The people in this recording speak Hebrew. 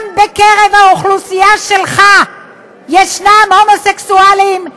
גם בקרב האוכלוסייה שלך יש הומוסקסואלים,